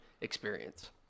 experience